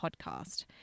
podcast